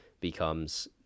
becomes